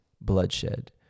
bloodshed